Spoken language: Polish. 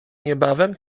niebawem